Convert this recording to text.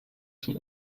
zum